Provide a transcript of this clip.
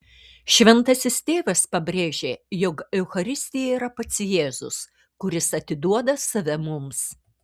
šventasis tėvas pabrėžė jog eucharistija yra pats jėzus kuris atiduoda save mums